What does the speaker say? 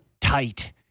tight